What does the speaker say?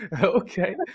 Okay